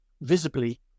visibly